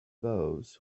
those